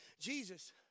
Jesus